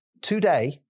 today